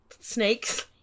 snakes